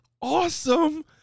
Awesome